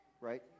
right